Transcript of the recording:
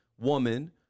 woman